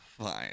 fine